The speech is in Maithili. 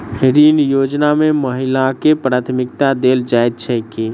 ऋण योजना मे महिलाकेँ प्राथमिकता देल जाइत छैक की?